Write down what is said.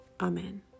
Amen